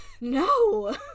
no